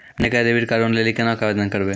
नयका डेबिट कार्डो लै लेली केना के आवेदन करबै?